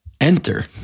enter